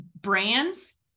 brands